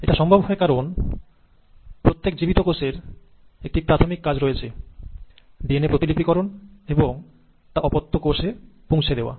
এটা সম্ভব হয় কারণ প্রত্যেক জীবিত কোষের একটি প্রাথমিক কাজ রয়েছে ডিএনএ প্রতিলিপিকরণ এবং তা ডটার সেল এ পৌঁছে দেওয়া